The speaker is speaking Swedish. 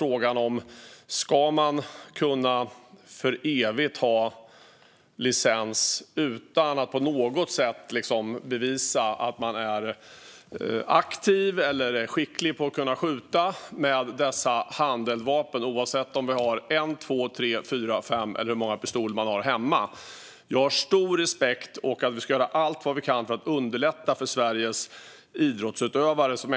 Frågan gällde om man för evigt ska kunna ha licens utan att på något sätt bevisa att man är aktiv eller skicklig på att skjuta med dessa handeldvapen, oavsett om man har en, två, tre, fyra, fem eller fler pistoler. Jag har stor respekt för Sveriges utövare av pistolskytte, och vi ska göra allt vi kan för att underlätta för dem.